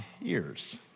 years